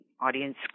audience